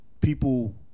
people